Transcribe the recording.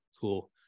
cool